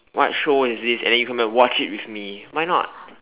what show is this and then you come in and watch it with me why not